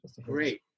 Great